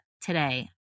today